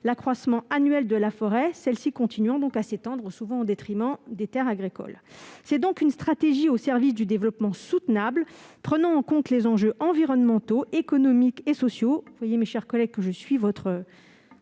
l'accroissement annuel de la forêt, celles-ci continuant donc à s'étendre, souvent au détriment des terres agricoles. C'est donc une stratégie au service du développement soutenable prenant en compte les enjeux environnementaux, économiques et sociaux